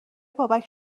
بابک